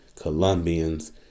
Colombians